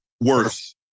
worse